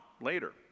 later